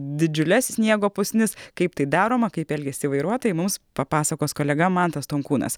didžiules sniego pusnis kaip tai daroma kaip elgiasi vairuotojai mums papasakos kolega mantas tonkūnas